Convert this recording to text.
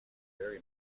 very